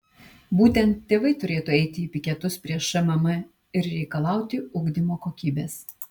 būtent tėvai turėtų eiti į piketus prie šmm ir reikalauti ugdymo kokybės